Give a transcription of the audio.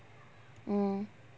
mm mm